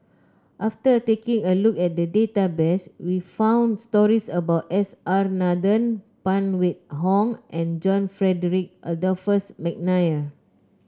after taking a look at the database we found stories about S R Nathan Phan Wait Hong and John Frederick Adolphus McNair